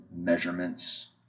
measurements